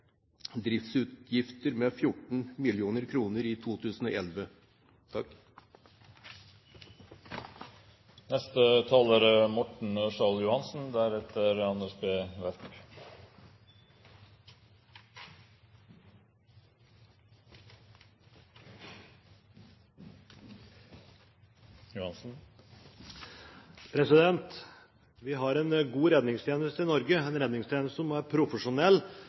Driftsutgifter, med 14 mill. kr i 2011. Vi har en god redningstjeneste i Norge, en redningstjeneste som er profesjonell,